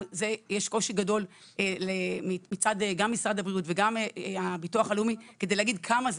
יש קושי גדול גם מצד משרד הבריאות וגם מצד הביטוח הלאומי להגיד כמה זה,